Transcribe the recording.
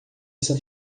essa